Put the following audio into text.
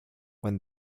when